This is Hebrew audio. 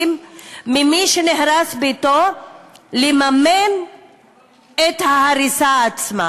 ממי שנהרס ביתו לממן את ההריסה עצמה.